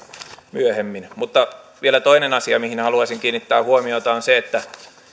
myöhemmin mutta vielä toinen asia mihin haluaisin kiinnittää huomiota on se että